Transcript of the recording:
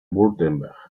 wurtemberg